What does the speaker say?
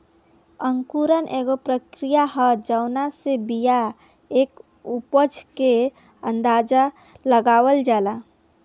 अंकुरण एगो प्रक्रिया ह जावना से बिया के उपज के अंदाज़ा लगावल जाला